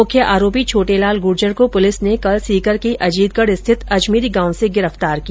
मुख्य आरोपी छोटेलाल गुर्जर को पुलिस ने कल सीकर के अजीतगढ स्थित अजमेरी गांव से गिरफ्तार किया